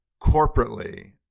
corporately